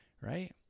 right